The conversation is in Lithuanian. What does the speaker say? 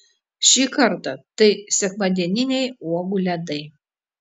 šį kartą tai sekmadieniniai uogų ledai